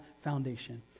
foundation